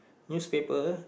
newspaper